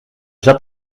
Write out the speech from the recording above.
zat